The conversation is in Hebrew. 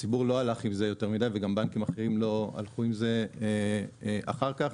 הציבור לא הלך עם זה יותר מידי וגם בנקים אחרים לא הלכו עם זה אחר כך.